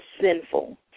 sinful